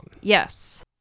Yes